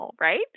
right